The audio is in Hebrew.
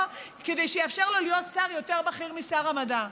כדי שיאפשר לו להיות שר יותר בכיר משר המדע.